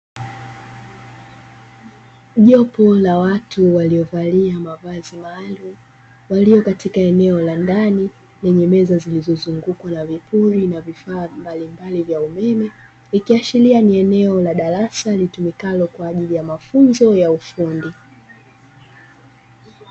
Jopo la watu waliovaa mavazi malumu walio katika eneo la ndani lenye meza lillozungukwa na vipuli na vifaa mbalimbali vya umeme, ikiashiria ni eneo la darasa litumikalo kwa ajili ya mafunzo ya ufundi.